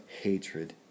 hatred